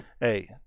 Hey